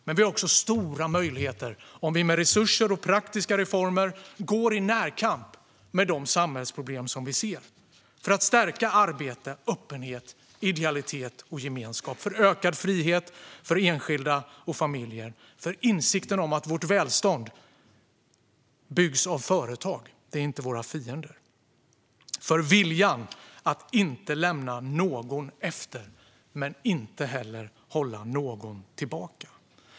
Men vi har också stora möjligheter om vi med resurser och praktiska reformer går i närkamp med de samhällsproblem som vi ser för att stärka arbete, öppenhet, idealitet och gemenskap, för ökad frihet för enskilda och familjer, för insikten om att vårt välstånd byggs av företag - som inte är våra fiender - och för viljan att inte lämna någon efter men inte heller hålla någon tillbaka.